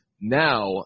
now